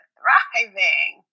Thriving